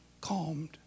calmed